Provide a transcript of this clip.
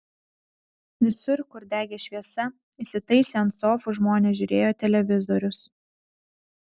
visur kur degė šviesa įsitaisę ant sofų žmonės žiūrėjo televizorius